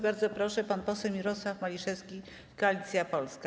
Bardzo proszę, pan poseł Mirosław Maliszewski, Koalicja Polska.